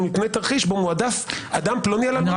מפני תרחיש שבו מועדף אדם פלוני על אלמוני